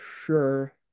sure